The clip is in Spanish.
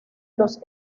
los